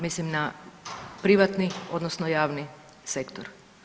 Mislim na privatni odnosno javni sektor.